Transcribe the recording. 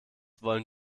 wollen